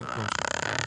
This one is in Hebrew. כן.